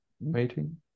meeting